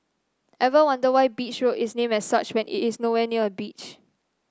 ever wonder why Beach Road is named as such when it is nowhere near a beach